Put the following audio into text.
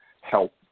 help